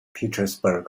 petersburg